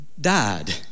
died